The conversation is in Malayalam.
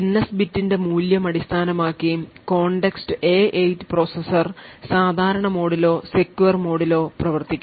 NS ബിറ്റിന്റെ മൂല്യം അടിസ്ഥാനമാക്കി കോർടെക്സ് എ8 പ്രോസസ്സർ സാധാരണ മോഡിലോ സെക്യുർ മോഡിലോ പ്രവർത്തിക്കുന്നു